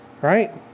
Right